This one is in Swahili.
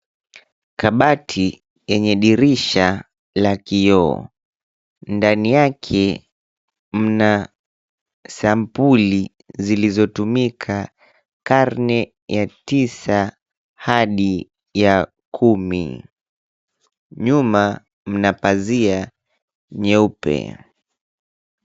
Kabati yenye dirisha la kioo, ndani yake mna sampuli zilizotumika karne ya tisa hadi ya kumi. Nyuma mna pazia nyeupe.